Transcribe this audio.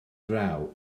draw